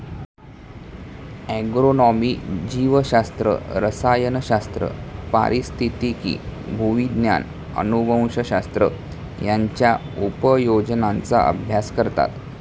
agronomy जीवशास्त्र, रसायनशास्त्र, पारिस्थितिकी, भूविज्ञान, अनुवंशशास्त्र यांच्या उपयोजनांचा अभ्यास करतात